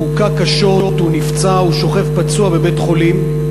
הוא הוכה קשות, הוא נפצע ושוכב פצוע בבית-החולים.